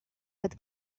that